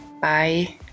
Bye